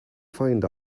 find